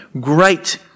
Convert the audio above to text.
Great